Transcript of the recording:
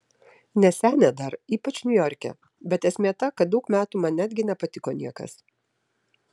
ne senė dar ypač niujorke bet esmė ta kad daug metų man netgi nepatiko niekas